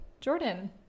Jordan